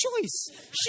choice